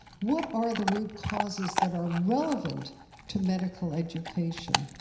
what are the root causes that are relevant to medical education?